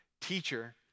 teacher